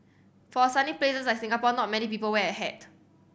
for a sunny place like Singapore not many people wear a hat